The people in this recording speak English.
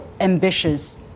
ambitious